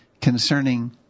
concerning